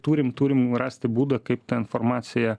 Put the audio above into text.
turim turim rasti būdą kaip ta informacija